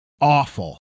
Awful